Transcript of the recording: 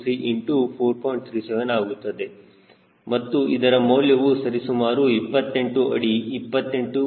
37 ಆಗುತ್ತದೆ ಮತ್ತು ಇದರ ಮೌಲ್ಯವು ಸರಿಸುಮಾರು 28 ಅಡಿ 28